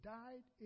died